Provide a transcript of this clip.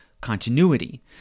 continuity